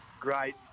great